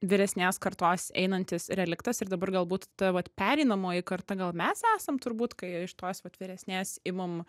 vyresnės kartos einantis reliktas ir dabar galbūt ta vat pereinamoji karta gal mes esam turbūt kai iš tos atviresnės imam